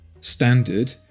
standard